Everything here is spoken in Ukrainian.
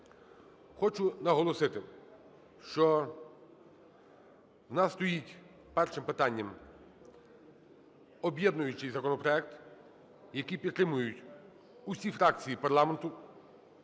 Хочу наголосити, що в нас стоїть першим питанням об'єднуючий законопроект, який підтримують усі фракції парламенту,